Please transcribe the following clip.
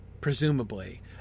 presumably